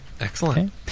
Excellent